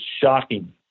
shocking